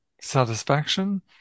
Satisfaction